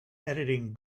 editing